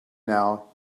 now